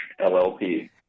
LLP